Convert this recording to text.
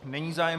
Není zájem.